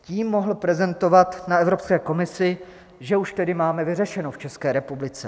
Tím mohl prezentovat na Evropské komisi, že už tedy máme vyřešeno v České republice.